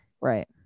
right